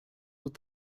with